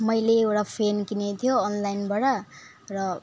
मैले एउटा फ्यान किनको थियो अनलाइनबाट र